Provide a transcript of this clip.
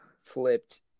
flipped